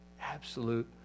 absolute